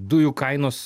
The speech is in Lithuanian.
dujų kainos